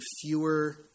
fewer